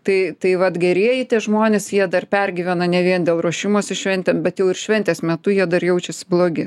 tai tai vat gerieji tie žmonės jie dar pergyvena ne vien dėl ruošimosi šventėm bet jau ir šventės metu jie dar jaučiasi blogi